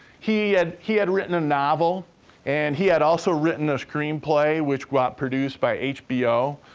he had he had written a novel and he had also written a screenplay which got produced by hbo,